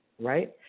right